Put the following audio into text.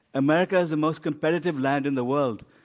america is the most competitive land in the world.